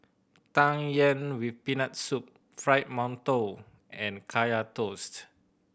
Tang Yuen with Peanut Soup Fried Mantou and Kaya Toast